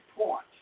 point